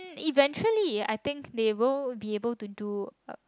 eventually I think they will be able to do